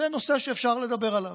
זה נושא שאפשר לדבר עליו.